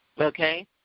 okay